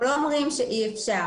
לא אומרים שאי אפשר.